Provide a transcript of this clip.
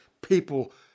people